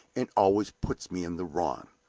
and always puts me in the wrong.